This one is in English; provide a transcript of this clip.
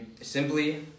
simply